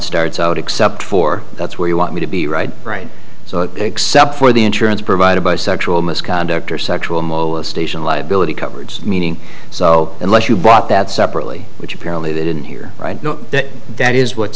starts out except for that's where you want me to be right right so except for the insurance provided by sexual misconduct or sexual molestation liability coverage meaning so unless you brought that separately which apparently they didn't hear right now that that is what